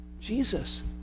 Jesus